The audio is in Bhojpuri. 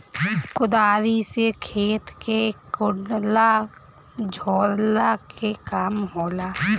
कुदारी से खेत के कोड़ला झोरला के काम होला